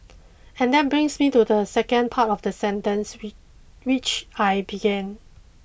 and that brings me to the second part of the sentence with which I began